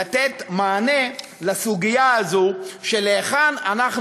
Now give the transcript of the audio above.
לתת מענה לסוגיה הזו של להיכן אנחנו